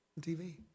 TV